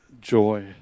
joy